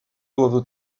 doivent